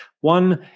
One